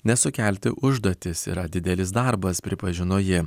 nes sukelti užduotis yra didelis darbas pripažino ji